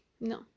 no